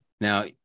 Now